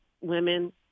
Women